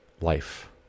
life